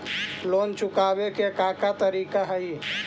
Loan चुकावे के का का तरीका हई?